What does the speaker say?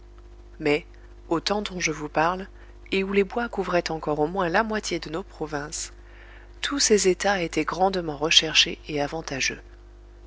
mais au temps dont je vous parle et où les bois couvraient encore au moins la moitié de nos provinces tous ces états étaient grandement recherchés et avantageux